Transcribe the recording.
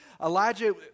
Elijah